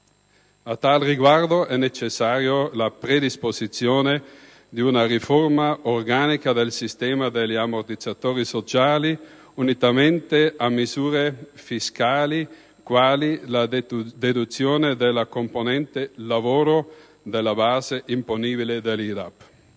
A tale riguardo, è necessaria la predisposizione di una riforma organica del sistema degli ammortizzatori sociali unitamente a misure fiscali, quali la deduzione della componente lavoro dalla base imponibile dell'IRAP.